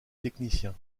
techniciens